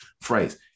phrase